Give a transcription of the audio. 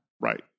Right